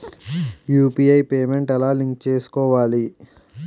UPI payment ఎలా link చేసుకోవాలి?